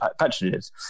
patronages